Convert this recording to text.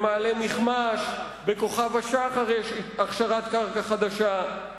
במעלה-מכמש, בכוכב-השחר יש הכשרת קרקע חדשה.